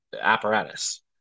apparatus